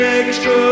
extra